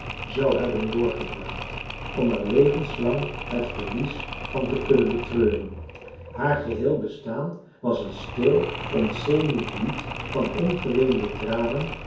zou hebben doorgebracht om er levenslang het verlies van te kunnen betreuren haar geheel bestaan was een stil ontzenuwend lied van ongeweende tranen